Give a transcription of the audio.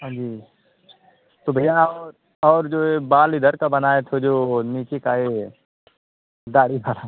हाँ जी तो भैया और और जो ये बाल इधर का बनाए थे जो नीचे का ये दाढ़ी वाला